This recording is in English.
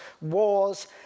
wars